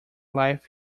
life